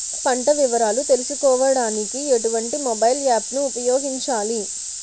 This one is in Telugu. పంట వివరాలు తెలుసుకోడానికి ఎటువంటి మొబైల్ యాప్ ను ఉపయోగించాలి?